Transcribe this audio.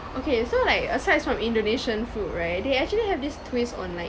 okay so like asides from indonesian food right they actually have this twist on like